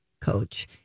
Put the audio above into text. coach